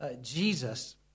Jesus